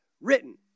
written